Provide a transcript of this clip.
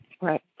Right